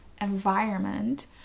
environment